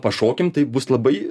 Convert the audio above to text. pašokim tai bus labai